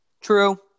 True